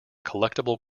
collectible